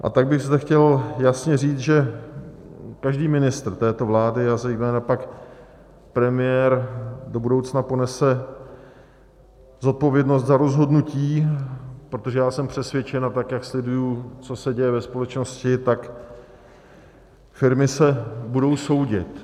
A tak bych zde chtěl jasně říct, že každý ministr této vlády, a zejména pak premiér, do budoucna ponese zodpovědnost za rozhodnutí, protože jsem přesvědčen, a tak jak sleduji, co se děje ve společnosti, firmy se budou soudit.